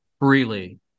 freely